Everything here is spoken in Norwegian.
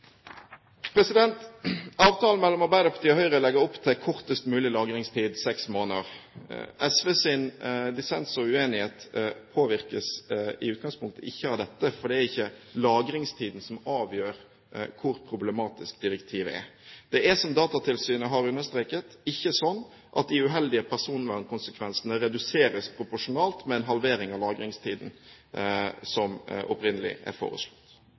Avtalen mellom Arbeiderpartiet og Høyre legger opp til kortest mulig lagringstid, seks måneder. SVs dissens og uenighet påvirkes i utgangspunktet ikke av dette, for det er ikke lagringstiden som avgjør hvor problematisk direktivet er. Det er, som Datatilsynet har understreket, ikke sånn at de uheldige personvernkonsekvensene reduseres proporsjonalt med en halvering av lagringstiden som opprinnelig er foreslått.